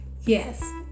Yes